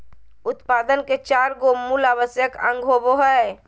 उत्पादन के चार गो मूल आवश्यक अंग होबो हइ